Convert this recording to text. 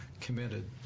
committed